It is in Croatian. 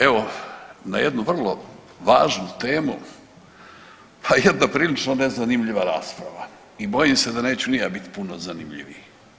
Evo na jednu vrlo važnu temu ha jedna prilično nezanimljiva rasprava i bojim se da neću ni ja biti puno zanimljiviji.